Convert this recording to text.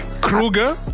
Kruger